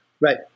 right